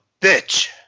bitch